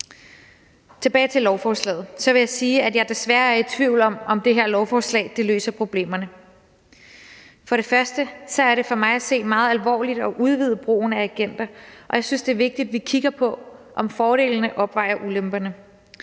vil sige, at jeg desværre er i tvivl om, om det her lovforslag løser problemerne. For det første er det for mig at se meget alvorligt at udvide brugen af agenter, og jeg synes, det er vigtigt, at vi kigger på, om fordelene opvejer ulemperne,